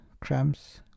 cramps